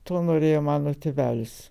to norėjo mano tėvelis